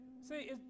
See